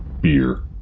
Beer